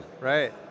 right